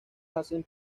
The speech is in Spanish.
hacen